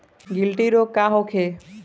गिलटी रोग का होखे?